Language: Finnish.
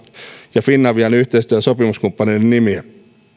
ja finavian yhteistyö ja sopimuskumppaneiden nimiä